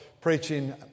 preaching